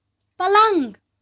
پلنٛگ